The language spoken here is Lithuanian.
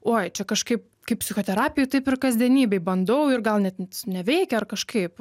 uoj čia kažkaip kaip psichoterapijoj taip ir kasdienybėj bandau ir gal net neveikia ar kažkaip